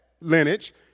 lineage